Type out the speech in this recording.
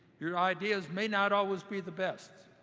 your ideas may not always be the best.